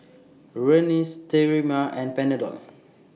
Rene Sterimar and Panadol